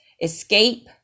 escape